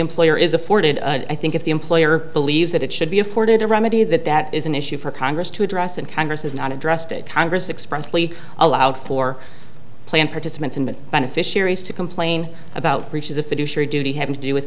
employer is afforded i think if the employer believes that it should be afforded to remedy that that is an issue for congress to address and congress has not addressed it congress expressly allowed for plan participants in beneficiaries to complain about breaches of fiduciary duty having to do with